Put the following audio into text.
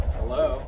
Hello